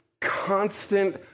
constant